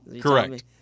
Correct